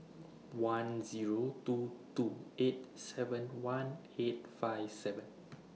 one Zero two two eight seven one eight five seven